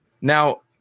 Now